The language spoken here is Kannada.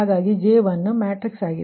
ಹಾಗಾಗಿ ಇದು J1 ಮ್ಯಾಟ್ರಿಕ್ಸ್ ಆಗಿದೆ